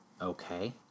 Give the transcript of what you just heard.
Okay